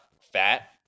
fat